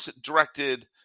directed